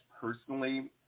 personally